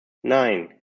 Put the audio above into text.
nein